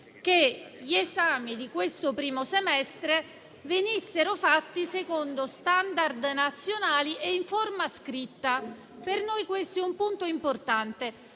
che gli esami del primo semestre venissero fatti secondo *standard* nazionali e in forma scritta: per noi questo è un punto importante.